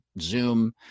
Zoom